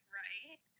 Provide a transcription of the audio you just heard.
right